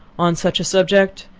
on such a subject,